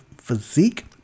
physique